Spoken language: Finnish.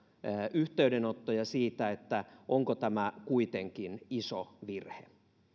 yhteydenottoja siitä että onko tämä kuitenkin iso virhe